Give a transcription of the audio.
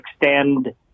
extend